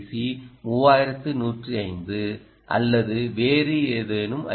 C 3105 அல்லது வேறு ஏதேனும் ஐ